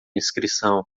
inscrição